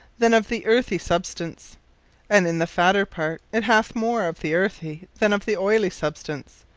then of the earthie substance and in the fatter part, it hath more of the earthy than of the oily substance.